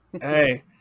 hey